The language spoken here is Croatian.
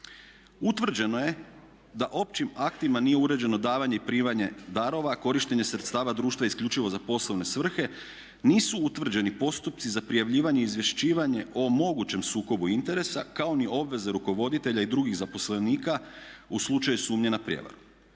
Utvrđeno je da općim aktima nije uređeno davanje i primanje darova, korištenje sredstava društva isključivo za poslovne svrhe, nisu utvrđeni postupci za prijavljivanje i izvješćivanje o mogućem sukobu interesa kao ni obveze rukovoditelja i drugih zaposlenika u slučaju sumnje na prijevaru.